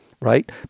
right